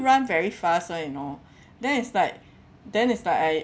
run very fast [one] you know then it's like then it's like I